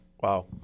wow